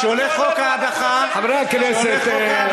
וכשעולה חוק ההדחה, הם צעקו, חבר הכנסת חיליק בר.